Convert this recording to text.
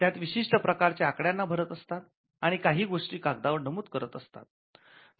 त्यात विशिष्ट प्रकारच्या आकड्यांना भरत असतात आणि काही गोष्टी कागदावर नमूद करत असतात